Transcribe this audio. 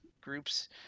groups